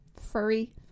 furry